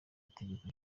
itegeko